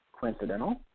Coincidental